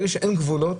ברגע שאין גבולות,